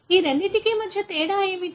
ఈ రెండింటి మధ్య తేడా ఏమిటి